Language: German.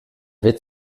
wird